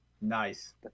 Nice